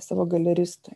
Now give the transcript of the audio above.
savo galeristui